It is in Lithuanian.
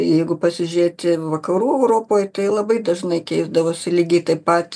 jeigu pasižiūrėti vakarų europoj tai labai dažnai keisdavosi lygiai taip pat